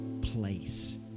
place